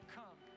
come